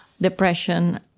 depression